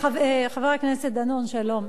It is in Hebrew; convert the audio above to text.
חבר הכנסת דנון, שלום.